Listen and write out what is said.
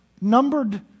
numbered